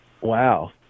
Wow